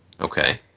Okay